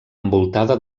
envoltada